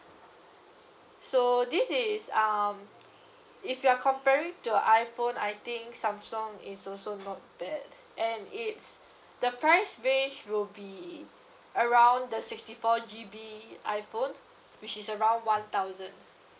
so this is um if you're comparing to your iphone I think samsung is also not bad and it's the price range will be around the sixty four G_B iphone which is around one thousand